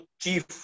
Chief